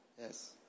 yes